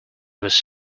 was